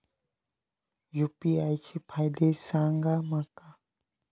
UPI चे फायदे सांगा माका?